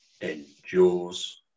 endures